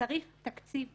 צריך תקציב לשיקום.